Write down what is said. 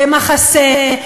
במחסה,